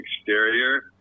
exterior